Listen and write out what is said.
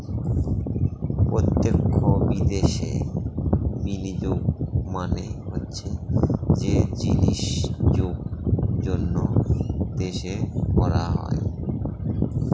প্রত্যক্ষ বিদেশে বিনিয়োগ মানে হচ্ছে যে বিনিয়োগ অন্য দেশে করা হয়